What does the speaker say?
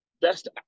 best